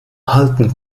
halten